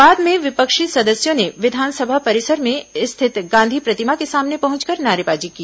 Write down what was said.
बाद में विपक्षी सदस्यों ने विधानसभा परिसर में स्थित गांधी प्रतिमा के सामने पहुंचकर नारेबाजी की